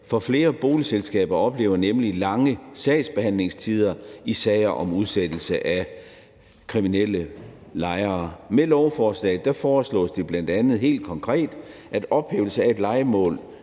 for flere boligselskaber oplever nemlig lange sagsbehandlingstider i sager om udsættelse af kriminelle lejere. Med lovforslaget foreslås det bl.a. helt konkret, at ophævelse af lejemål,